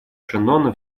шеннона